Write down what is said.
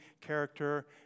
character